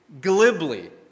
glibly